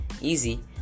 easy